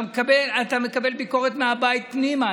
אתה מקבל ביקורת מהבית פנימה,